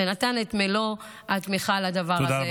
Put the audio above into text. ונתן את מלוא התמיכה לדבר הזה.